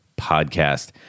podcast